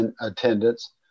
attendance